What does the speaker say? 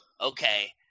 Okay